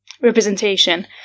representation